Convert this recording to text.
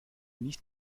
nicht